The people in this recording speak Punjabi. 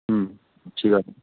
ਅੱਛਿਆ